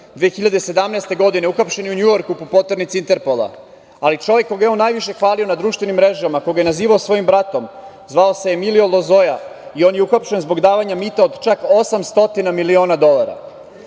2017. godine uhapšeni u Njujorku po poternici Interpola, ali čovek koga je on najviše hvalio na društvenim mrežama, koga je nazivao svojim bratom, zvao se Emilio Lozoja, i on je uhapšen zbog davanja mita od čak 800 miliona dolara. Ništa